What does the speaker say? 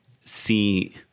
see